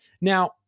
Now